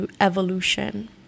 evolution